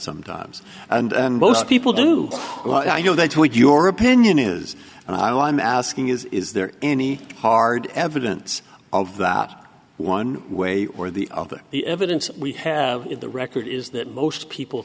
sometimes and most people do i know that what your opinion is i'm asking is is there any hard evidence of that one way or the other the evidence we have in the record is that most people